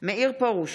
מאיר פרוש,